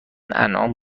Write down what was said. انعام